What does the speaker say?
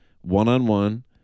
one-on-one